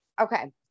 okay